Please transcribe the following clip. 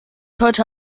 heute